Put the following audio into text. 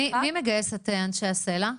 מי מגייס את אנשי הסל"ע?